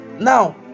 now